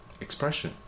expression